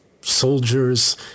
soldiers